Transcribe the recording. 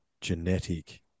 genetic